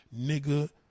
nigga